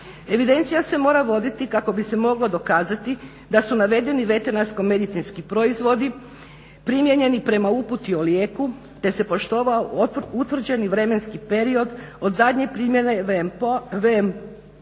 Evidencija se mora voditi kako bi se moglo dokazati da su navedeni veterinarsko-medicinski proizvodi primijenjeni prema uputi o lijeku te se poštovao utvrđeni vremenski period od zadnje primjene VMP-a